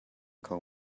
kho